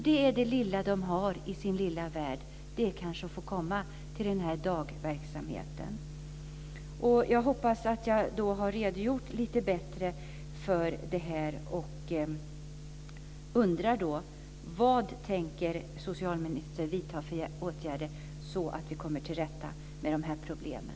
Det som de har att se fram emot i sin lilla värld är kanske att få komma till den här dagverksamheten. Jag hoppas att jag med detta har redogjort lite bättre för det här. Jag undrar vilka åtgärder socialministern tänker vidta för att komma till rätta med de här problemen.